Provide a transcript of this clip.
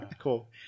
Cool